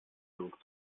druck